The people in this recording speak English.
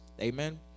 Amen